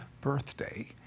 birthday